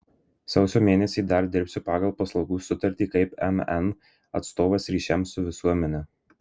sausio mėnesį dar dirbsiu pagal paslaugų sutartį kaip mn atstovas ryšiams su visuomene